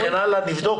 נבדוק